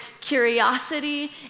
curiosity